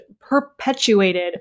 perpetuated